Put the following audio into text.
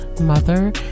mother